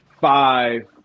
five